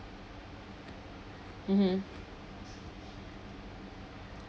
mmhmm